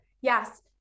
yes